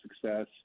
success